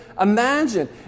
imagine